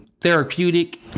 Therapeutic